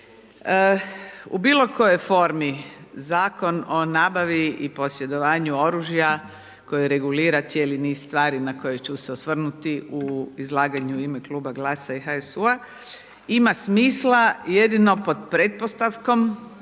U bilo kojoj formi Zakon o nabavi i posjedovanju oružja koji regulira cijeli niz stvari na koje ću se osvrnuti u izlaganju u ime Kluba Glasa i HSU-a ima smisla jedino pod pretpostavkom